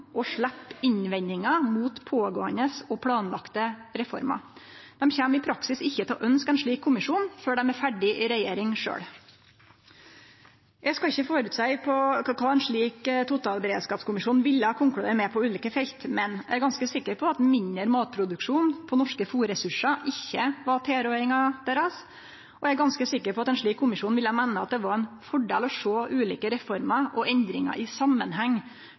innvendingar mot pågåande og planlagde reformer. Dei kjem i praksis ikkje til å ønskje ein slik kommisjon før dei er ferdige i regjering sjølve. Eg skal ikkje føreseie kva ein slik totalberedskapskommisjon ville konkludere med på ulike felt, men eg er ganske sikker på at mindre matproduksjon på norske fôrressursar ikkje var tilrådinga deira, og eg er ganske sikker på at ein slik kommisjon ville meine at det var ein fordel å sjå ulike reformer og endringar i samanheng,